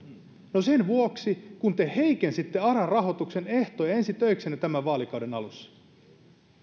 no sen vuoksi kun te heikensitte ara rahoituksen ehtoja ensi töiksenne tämän vaalikauden alussa